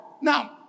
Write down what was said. Now